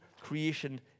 creation